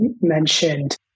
mentioned